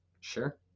sure